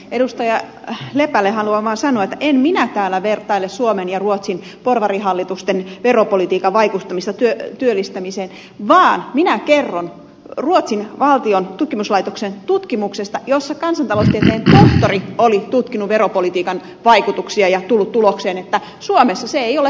lepälle haluan vaan sanoa että en minä täällä vertaile suomen ja ruotsin porvarihallitusten veropolitiikan vaikutusta työllistämiseen vaan minä kerron ruotsin valtion tutkimuslaitoksen tutkimuksesta jossa kansantaloustieteen tohtori oli tutkinut veropolitiikan vaikutuksia ja tullut tulokseen että suomessa se ei ole toiminut